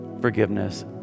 forgiveness